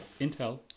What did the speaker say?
Intel